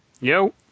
yo